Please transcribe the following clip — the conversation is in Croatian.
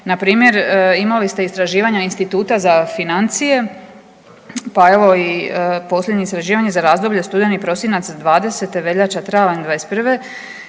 Na primjer imali ste istraživanje Instituta za financije pa evo i posljednje istraživanje za razdoblje studeni – prosinac '20., veljača – travanj '21.